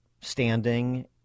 standing